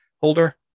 holder